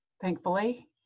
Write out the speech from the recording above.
Thankfully